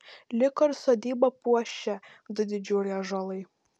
liko ir sodybą puošę du didžiuliai ąžuolai